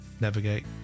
navigate